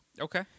Okay